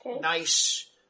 Nice